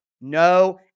no